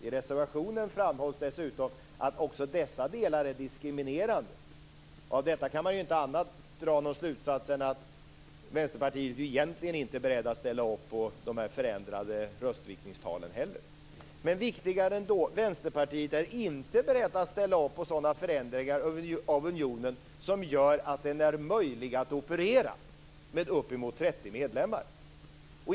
I reservationen framhålls det dessutom att också dessa delar är diskriminerande. Av detta kan man ju inte dra någon annan slutsats än att inte heller Vänsterpartiet egentligen är berett att ställa upp på dessa förändrade röstningviktningstal. Men viktigare än så: Vänsterpartiet är inte berett att ställa upp på sådana förändringar av unionen som gör att den är möjlig att operera med uppemot 30 medlemmar.